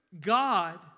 God